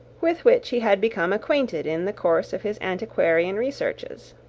with which he had become acquainted in the course of his antiquarian researches.